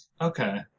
okay